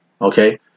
Okay